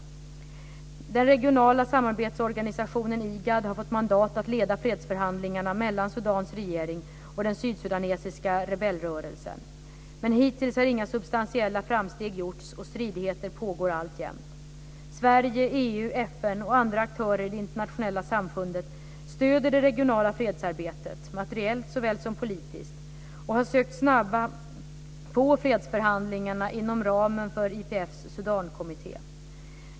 Inter-Governmental Authority on Development, har fått mandat att leda fredsförhandlingarna mellan Sudans regering och den sydsudanesiska rebellrörelsen SPLM Army. Men hittills har inga substantiella framsteg gjorts och stridigheter pågår alltjämt. Sverige, EU, FN och andra aktörer i det internationella samfundet stöder det regionala fredsarbetet, såväl materiellt som politiskt, och har sökt snabba på fredsförhandlingarna inom ramen för IPF:s Sudankommitté, IGAD Partners Forum Sudankommitté.